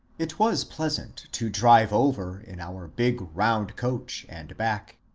it was pleasant to drive over in our big round coach and back.